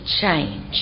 change